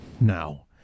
now